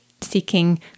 seeking